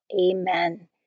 Amen